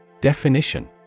Definition